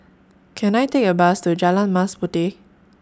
Can I Take A Bus to Jalan Mas Puteh